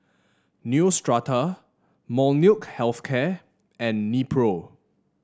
Neostrata Molnylcke Health Care and Nepro